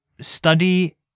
study